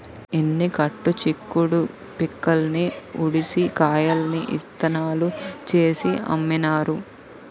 ఎన్ని కట్టు చిక్కుడు పిక్కల్ని ఉడిసి కాయల్ని ఇత్తనాలు చేసి అమ్మినారు